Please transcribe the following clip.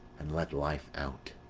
and let life out.